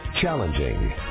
challenging